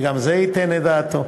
וגם זה ייתן את דעתו.